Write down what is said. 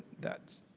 that